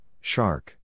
shark